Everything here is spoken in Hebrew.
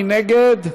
מי נגד?